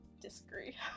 Disagree